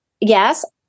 Yes